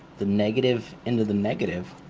the negative into the negative,